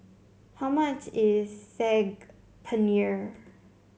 how much is Saag Paneer